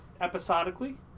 episodically